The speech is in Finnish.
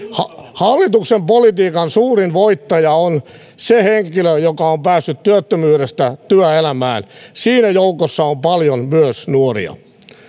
hallituksen politiikan suurin voittaja on se henkilö joka päässyt työttömyydestä työelämään ja siinä joukossa on paljon myös nuoria